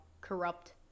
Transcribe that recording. corrupt